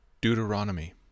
deuteronomy